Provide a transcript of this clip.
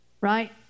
right